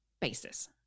basis